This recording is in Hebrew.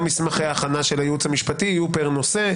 גם מסמכי ההכנה של הייעוץ המשפטי יהיו פר נושא,